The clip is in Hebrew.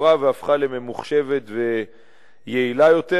שופרה והפכה לממוחשבת ויעילה יותר,